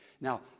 Now